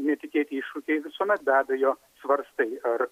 netikėti iššūkiai visuomet be abejo svarstai ar